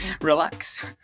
relax